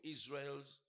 Israel's